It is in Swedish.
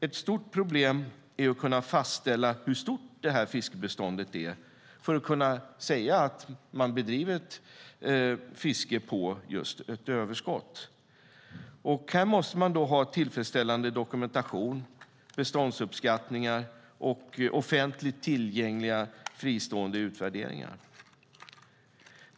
Ett stort problem är att fastställa hur stort fiskbeståndet är för att kunna säga att man bedriver fiske på just ett överskott. Här måste man ha tillfredställande dokumentation såsom beståndsuppskattningar och offentligt tillgängliga fristående utvärderingar.